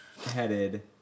headed